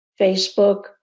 Facebook